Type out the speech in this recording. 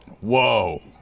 Whoa